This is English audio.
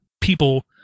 people